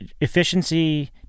efficiency